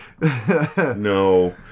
No